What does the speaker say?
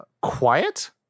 quiet